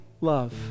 love